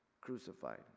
crucified